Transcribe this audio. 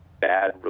bad